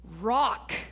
rock